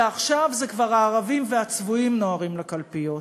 ועכשיו זה כבר: הערבים והצבועים נוהרים לקלפיות.